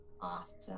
awesome